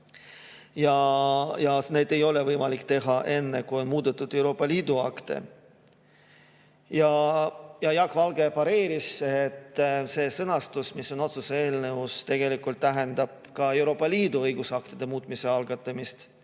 ja neid ei ole võimalik teha enne, kui on muudetud Euroopa Liidu akte. Jaak Valge pareeris ja ütles, et see sõnastus, mis on otsuse eelnõus, tegelikult tähendab ka Euroopa Liidu õigusaktide muutmise algatamist.